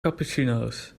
cappuccino’s